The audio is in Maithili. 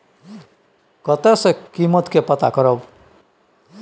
कतय सॅ कीमत के पता करब?